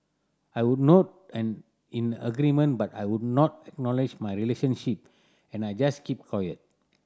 I would nod an in agreement but I would not acknowledge my relationship and I just kept quiet